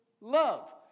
love